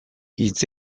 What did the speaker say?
hitz